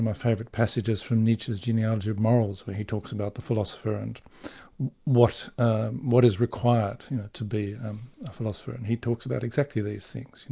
my favourite passages from nietzsche's genealogy of morals where he talks about the philosopher and what what is required to be a philosopher. and he talks about exactly these things, you